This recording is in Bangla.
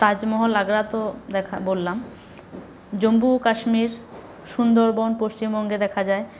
তাজমহল আগ্রা তো দেখা বললাম জম্বু ও কাশ্মীর সুন্দরবন পশ্চিমবঙ্গে দেখা যায়